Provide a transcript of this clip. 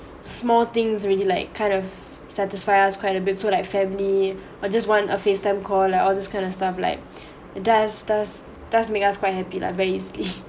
small things really like kind of satisfy us quite a bit so like family or just want a facetime call lah all this kind of stuff like it does does does make us quite happy lah basically